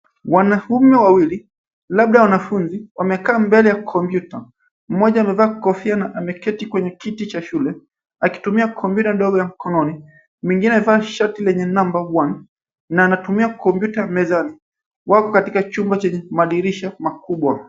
Wanaume wawili labda wanafunzi wamekaa mbele ya kompyuta. Mmoja amevaa kofia na ameketi kwenye kiti cha shule, akitumia kompyuta ndogo ya mkononi. Mwingine amevaa shati lenye namba one na anatumia kompyuta mezani. Wako katika chumba chenye madirisha makubwa.